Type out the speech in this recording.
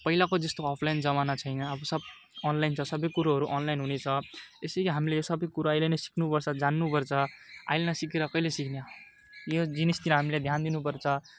पहिलाको जस्तो अफलाइन जमाना छैन अब सब अनलाइन छ सबै कुरोहरू अनलाइन हुनेछ त्यसैले हामले सबै कुरा अहिले नै सिक्नु पर्छ जान्नु पर्छ आहिले नसिकेर कहिले सिक्ने यो जिनिसतिर हामीले ध्यान दिनु पर्छ